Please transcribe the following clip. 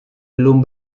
belum